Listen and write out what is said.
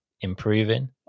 improving